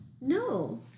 No